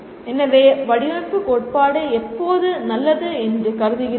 எனவே வடிவமைப்பு கோட்பாடு எப்போது நல்லது என்று கருதுகிறீர்கள்